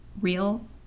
real